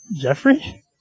Jeffrey